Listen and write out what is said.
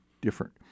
different